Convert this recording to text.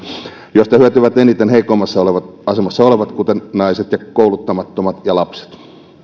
josta hyötyvät eniten heikoimmassa asemassa olevat kuten naiset ja kouluttamattomat ja lapset